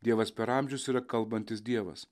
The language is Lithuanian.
dievas per amžius yra kalbantis dievas